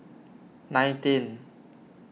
nineteenth